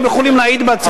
הם יכולים להעיד בעצמם.